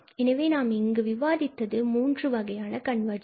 எனவே நாம் இங்கு விவாதித்தது மூன்று வகையான கன்வர்ஜென்ஸ்